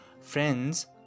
friends